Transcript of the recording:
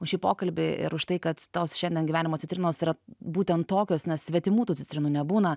už šį pokalbį ir už tai kad tos šiandien gyvenimo citrinos yra būtent tokios na svetimų tų citrinų nebūna